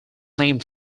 named